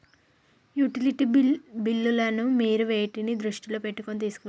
Utility బిల్లులను మీరు వేటిని దృష్టిలో పెట్టుకొని తీసుకుంటారు?